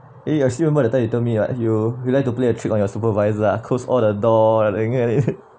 eh you still remember the time you told me like you you like to play a trick on your supervisor ah close all the door it